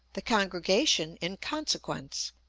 the congregation, in consequence,